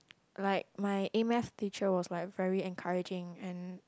like my A-math teacher was like very encouraging and